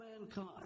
mankind